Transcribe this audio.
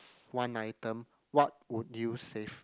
one item what would you save